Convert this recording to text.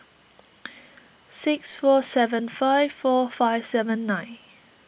six four seven five four five seven nine